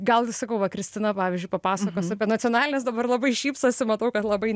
gal sakau va kristina pavyzdžiui papasakos apie nacionalines dabar labai šypsosi matau kad labai